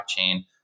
blockchain